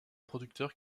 producteur